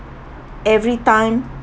every time